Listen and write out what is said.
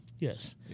Yes